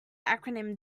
acronym